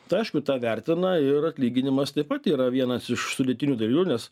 tai aišku tą vertina ir atlyginimas taip pat yra vienas iš sudėtinių dalių nes